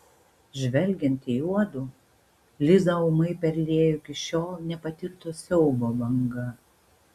žvelgiant į juodu lizą ūmai perliejo iki šiol nepatirto siaubo banga